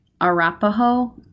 Arapaho